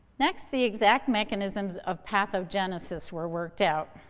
next, the exact mechanisms of pathogenesis were worked out.